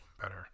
better